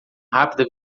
rápida